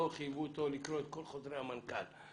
לא חייבו אותו לקרוא את כל חוזרי המנכ"ל.